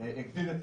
טוב שמישהו אומר.